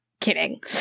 kidding